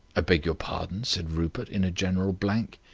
i beg your pardon, said rupert, in a general blank.